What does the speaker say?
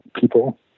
people